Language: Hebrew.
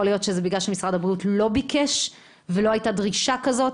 יכול להיות שזה בגלל שמשרד הבריאות לא ביקש ולא הייתה דרישה כזאת,